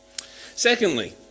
Secondly